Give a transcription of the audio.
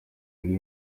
yari